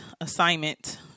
assignment